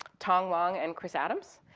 tom long and chris adams.